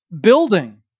building